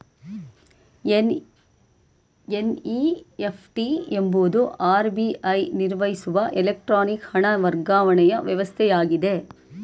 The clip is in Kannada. ಎನ್.ಇ.ಎಫ್.ಟಿ ಎಂಬುದು ಆರ್.ಬಿ.ಐ ನಿರ್ವಹಿಸುವ ಎಲೆಕ್ಟ್ರಾನಿಕ್ ಹಣ ವರ್ಗಾವಣೆಯ ವ್ಯವಸ್ಥೆಯಾಗಿದೆ